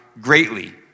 greatly